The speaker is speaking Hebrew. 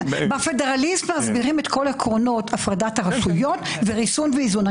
ב"פדרליסט" מסבירים את כל עקרונות הפרדת הרשויות וריסון ואיזון.